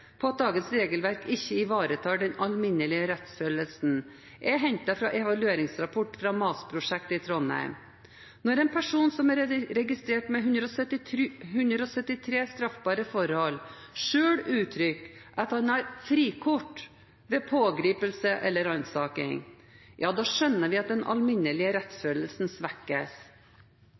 på at dagens regelverk ikke ivaretar den alminnelige rettsfølelsen, er hentet fra evalueringsrapporten fra MAS-prosjektet i Trondheim. Når en person som er registrert med 173 straffbare forhold, selv uttrykker at han har «frikort» ved pågripelse eller ransaking, ja da skjønner vi at den alminnelige rettsfølelsen svekkes.